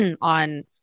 on